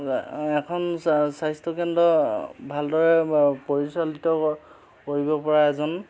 এখন চা স্বাস্থ্যকেন্দ্ৰ ভালদৰে পৰিচালিত কৰিব পৰা এজন